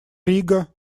рига